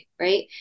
right